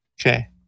Okay